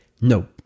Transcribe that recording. No